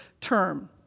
term